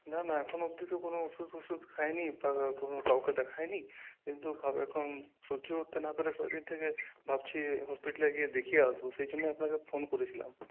না না এখনো অব্দি তো কোন ওষুধ ফোসুধ খাইনি কোনো কাউকে দেখাইনি কিন্তু এখ এখন সহ্য করতে না পেরে কদিন থেকে ভাবছি হসপিটালে গিয়ে দেখিয়ে আসব সেই জন্য আপনাকে ফোন করেছিলাম